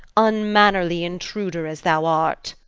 unmannerly intruder as thou art!